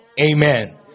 Amen